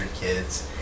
kids